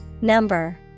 Number